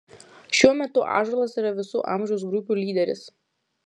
šiuo metu ąžuolas yra visų amžiaus grupių lyderis